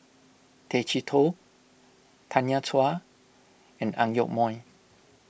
Tay Chee Toh Tanya Chua and Ang Yoke Mooi